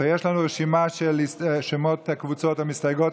ויש לנו רשימה של שמות הקבוצות שמסתייגות,